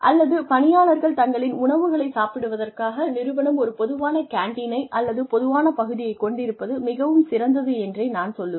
அல்லது பணியாளர்கள் தங்களின் உணவுகளைச் சாப்பிடுவதற்காக நிறுவனம் ஒரு பொதுவான கேண்டீனை அல்லது பொதுவான பகுதியை கொண்டிருப்பது மிகவும் சிறந்தது என்றே நான் சொல்லுவேன்